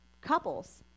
couples